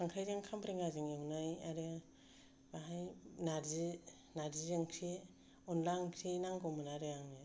खांख्राइजों खामब्रेंगाजों एवनाय आरो बाहाय नारजि नारजि ओंख्रि अनला ओंख्रि नांगौमोन आरो आंनो